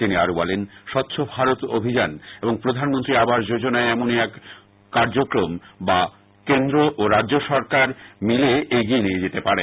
তিনি আরও বলেন স্বচ্ছ ভারত অভিযান এবং প্রধানমন্ত্রী আবাস যোজনা এমনই এক কার্যক্রম যা কেন্দ্র ও রাজ্য সরকার মিলে এগিয়ে নিয়ে যেতে পারে